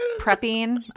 prepping